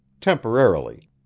temporarily